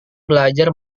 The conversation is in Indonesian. belajar